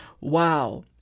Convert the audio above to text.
wow